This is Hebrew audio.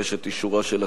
ומבקש את אישורה של הכנסת,